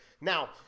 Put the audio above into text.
now